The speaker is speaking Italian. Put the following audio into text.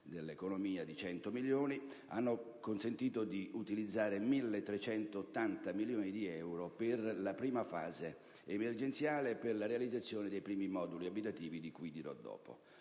dell'economia) sono stati utilizzati 1.380 milioni di euro per la prima fase emergenziale e per la realizzazione dei primi moduli abitativi, di cui dirò dopo.